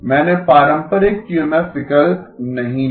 मैंने पारंपरिक क्यूएमएफ विकल्प नहीं लिया